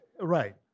Right